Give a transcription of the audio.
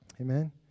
Amen